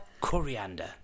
coriander